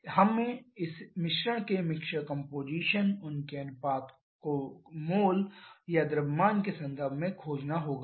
हमें इस मिश्रण के मिक्सर कंपोजीशन उनके अनुपात को मोल या द्रव्यमान के संदर्भ में खोजना होगा